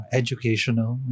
educational